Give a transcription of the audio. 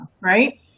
right